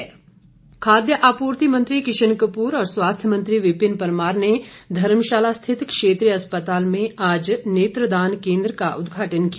नेत्रदान केन्द्र खाद्य आपूर्ति मंत्री किशन कपूर और स्वास्थ्य मंत्री विपिन परमार ने धर्मशाला स्थित क्षेत्रीय अस्पताल में आज नेत्रदान केन्द्र का उद्घाटन किया